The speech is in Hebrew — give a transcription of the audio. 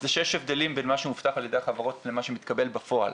זה שיש הבדלים בין מה שמובטח על ידי החברות למה שמתקבל בפועל.